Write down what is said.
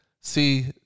see